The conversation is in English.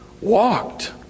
walked